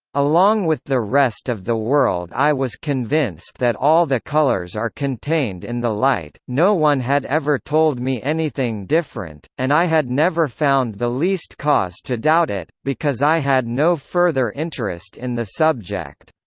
along with the rest of the world i was convinced that all the colours are contained in the light no one had ever told me anything different, and i had never found the least cause to doubt it, because i had no further interest in the subject.